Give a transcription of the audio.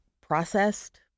processed